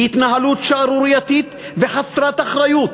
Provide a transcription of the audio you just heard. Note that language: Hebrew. בהתנהלות שערורייתית וחסרת אחריות.